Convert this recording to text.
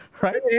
right